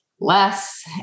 less